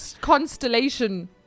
constellation